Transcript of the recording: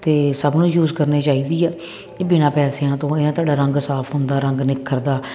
ਤੇ ਸਭ ਨੂੰ ਯੂਜ ਕਰਨੀ ਚਾਹੀਦੀ ਆ ਇਹ ਬਿਨਾਂ ਪੈਸਿਆਂ ਤੋਂ ਆ ਇਹਦੇ ਨਾਲ ਤੁਹਾਡਾ ਰੰਗ ਸਾਫ ਹੁੰਦਾ ਰੰਗ ਨਿੱਖਰ ਦਾ